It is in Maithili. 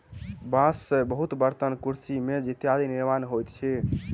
बांस से बहुत बर्तन, कुर्सी, मेज इत्यादिक निर्माण होइत अछि